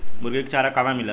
मुर्गी के चारा कहवा मिलेला?